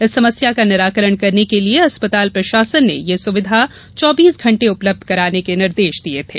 इस समस्या का निराकरण करने के लिए अस्पताल प्रशासन ने यह सुविधा चौबीस घण्टे उपलब्ध कराने के निर्देश दिये थे